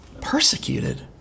Persecuted